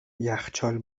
یخچال